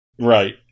Right